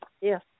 Yes